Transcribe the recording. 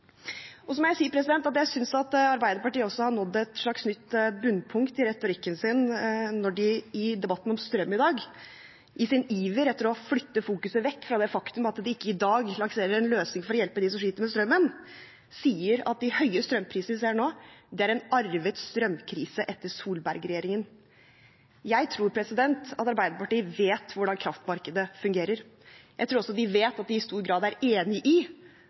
Så må jeg si at jeg synes Arbeiderpartiet også har nådd et slags nytt bunnpunkt i retorikken sin når de i debatten om strøm i dag, i sin iver etter å flytte fokuset vekk fra det faktum at de ikke i dag lanserer en løsning for å hjelpe dem som sliter med strømmen, sier at de høye strømprisene vi ser nå, er en arvet strømkrise etter Solberg-regjeringen. Jeg tror Arbeiderpartiet vet hvordan kraftmarkedet fungerer. Jeg tror også de vet at de i stor grad er enig i